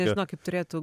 nežino kaip turėtų